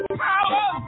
power